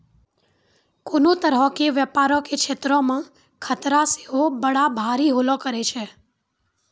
कोनो तरहो के व्यपारो के क्षेत्रो मे खतरा सेहो बड़ा भारी होलो करै छै